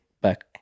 back